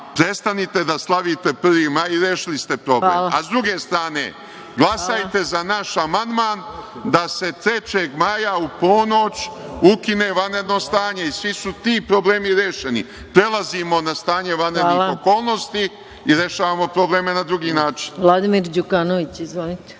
prestanite da slavite 1. maj i rešili ste problem.S druge strane, glasajte za naš amandman da se 3. maja u ponoć ukine vanredno stanje, i svi su ti problemi rešeni, prelazimo na stanje vanrednih okolnosti i rešavamo probleme na drugi način. **Maja Gojković** Vladimir Đukanović. Izvolite.